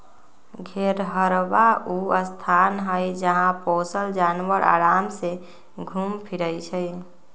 घेरहबा ऊ स्थान हई जहा पोशल जानवर अराम से घुम फिरइ छइ